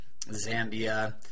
Zambia